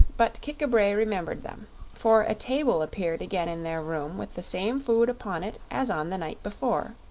but kik-a-bray remembered them for a table appeared again in their room with the same food upon it as on the night before.